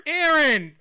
Aaron